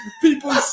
People